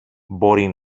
μπορεί